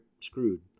screwed